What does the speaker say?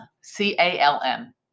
C-A-L-M